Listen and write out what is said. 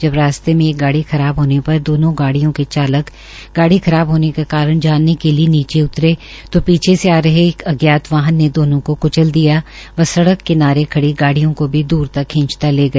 जब रास्ते में एक गाड़ी खराब होने पर दोनों गाडियों के चालक गाड़ी खराब होने का कारण जानने के लिये नीचे उतरे तो पीछे से आ रहे एक अज्ञात वाहन ने दोनों को क्चल दिया व सड़क किनारे खड़ी गाडिय़ों को भी दूर तक खींचता ले गया